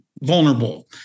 vulnerable